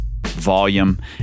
volume